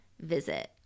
visit